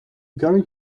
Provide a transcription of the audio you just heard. going